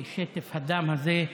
ושטף הדם הזה,